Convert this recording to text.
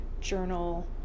journal